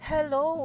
Hello